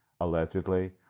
allegedly